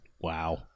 Wow